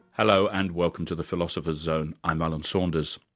hello, and welcome to the philosopher's zone. i'm alan saunders.